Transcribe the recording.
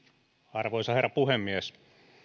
arvoisa herra puhemies